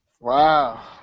Wow